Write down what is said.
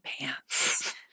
pants